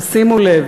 שימו לב,